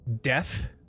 death